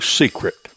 secret